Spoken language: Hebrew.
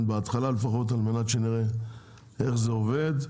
בהתחלה לפחות על מנת שנראה איך זה עובד.